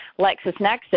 LexisNexis